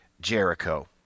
Jericho